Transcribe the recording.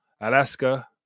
Alaska